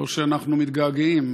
לא שאנחנו מתגעגעים,